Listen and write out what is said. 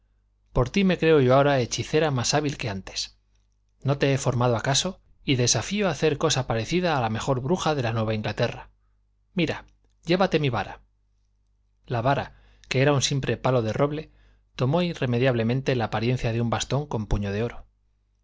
por ti me creo yo ahora hechicera más hábil que antes no te he formado acaso y desafío a hacer cosa parecida a la mejor bruja de la nueva inglaterra mira llévate mi vara la vara que era un simple palo de roble tomó inmediatamente la apariencia de un bastón con puño de oro